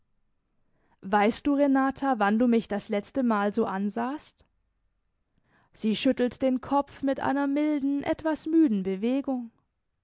weißt du renata wann du mich das letzte mal so ansahst sie schüttelt den kopf mit einer milden etwas müden bewegung